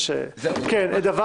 ב.